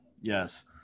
Yes